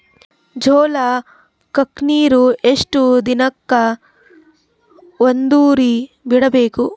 ಜೋಳ ಕ್ಕನೀರು ಎಷ್ಟ್ ದಿನಕ್ಕ ಒಂದ್ಸರಿ ಬಿಡಬೇಕು?